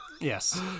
Yes